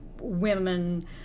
women